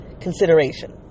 consideration